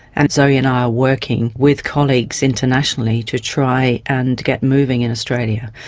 and zoe and i are working with colleagues internationally to try and get moving in australia.